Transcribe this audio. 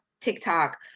TikTok